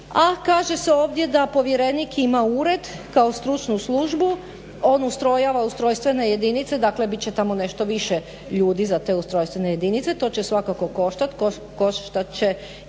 kaže se ovdje da povjerenik ima ured kao stručnu službu, on ustrojava ustrojstvene jedinice, dakle bit će tamo nešto više ljudi za te ustrojstvene jedinice, to će svakako koštat, koštat će i